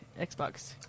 Xbox